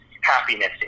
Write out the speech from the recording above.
happiness